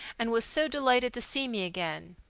and was so delighted to see me again.